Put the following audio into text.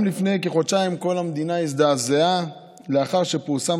גם לפני כחודשיים כל המדינה הזדעזעה לאחר שפורסם